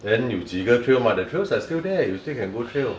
then 有几个 trail mah the trails are still there you still can go trail